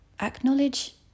Acknowledge